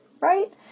Right